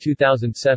2007